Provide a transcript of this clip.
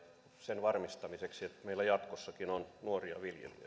sen varmistamiseksi että meillä jatkossakin on nuoria viljelijöitä